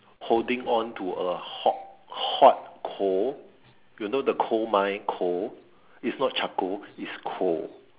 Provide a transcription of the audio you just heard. holding on to a hot hot coal you know the coal mine coal is not charcoal is coal